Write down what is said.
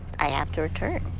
i have to return,